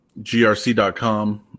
GRC.com